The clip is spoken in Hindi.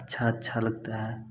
अच्छा अच्छा लगता है